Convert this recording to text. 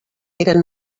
eren